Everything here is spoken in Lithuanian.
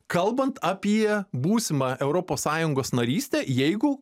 kalbant apie būsimą europos sąjungos narystę jeigu